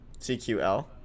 cql